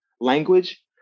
language